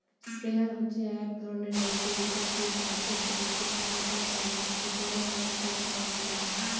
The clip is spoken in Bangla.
স্প্রেয়ার হচ্ছে এক ধরণের যন্ত্র যেটা দিয়ে চাষের জমিতে সার বা জলের মত তরল পদার্থ ছড়ানো যায়